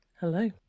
hello